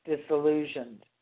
disillusioned